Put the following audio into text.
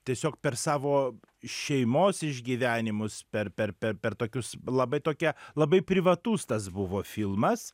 tiesiog per savo šeimos išgyvenimus per per per per tokius labai tokią labai privatus tas buvo filmas